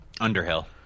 Underhill